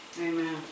Amen